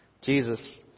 Jesus